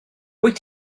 wyt